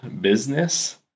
business